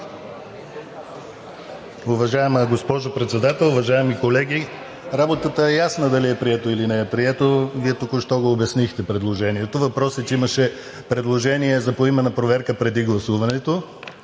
Уважаема госпожо Председател, уважаеми колеги! Работата е ясна – дали е прието, или не е прието предложението, Вие току-що го обяснихте. Въпросът е, че имаше предложение за поименна проверка преди гласуването,